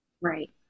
Right